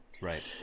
Right